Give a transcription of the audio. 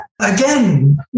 Again